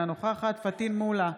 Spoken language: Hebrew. אינה נוכחת פטין מולא,